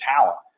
talent